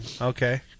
Okay